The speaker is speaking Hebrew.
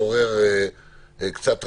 עורר קצת רעש,